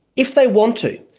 if they want to,